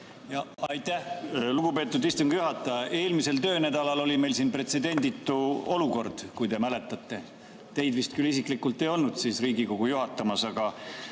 Aitäh! Lugupeetud istungi juhataja! Eelmisel töönädalal oli meil siin pretsedenditu olukord, kui te mäletate – teid vist küll isiklikult ei olnud siis Riigikogu juhatamas –, aga